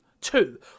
Two